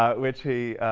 ah which he